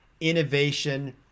innovation